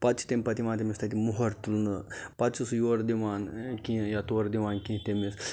پَتہٕ چھِ تمہِ پَتہٕ یِوان تٔمِس مۄہَر تُلنہٕ پَتہٕ چھُ سُہ یورٕ دِوان کینٛہہ یا تورٕ دِوان کینٛہہ تٔمِس